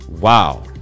Wow